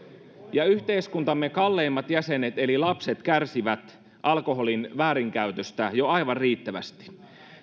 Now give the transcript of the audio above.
ja yhteiskuntamme kalleimmat jäsenet eli lapset kärsivät alkoholin väärinkäytöstä jo aivan riittävästi